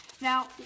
Now